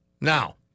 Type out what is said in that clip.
Now